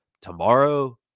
Tomorrow